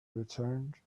returned